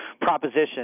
proposition